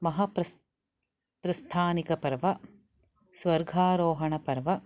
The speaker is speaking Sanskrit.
महाप्रस् प्रस्थानिकपर्व स्वर्गारोहणपर्व